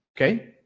Okay